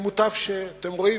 אתם רואים.